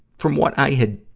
from what i had